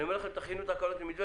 אני אומר לך: תכינו תקנות עם מתווה,